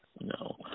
no